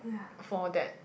for that